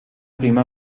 prima